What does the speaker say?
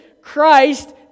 Christ